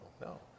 no